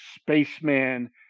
spaceman